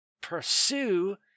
pursue